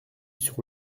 sur